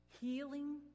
healing